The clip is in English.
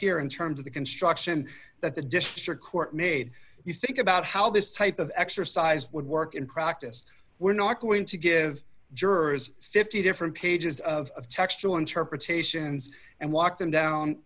here in terms of the construction that the district court made you think about how this type of exercise would work in practice we're not going to give jurors fifty different pages of textual interpretations and walk